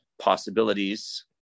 possibilities